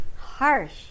Harsh